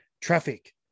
traffic